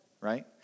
right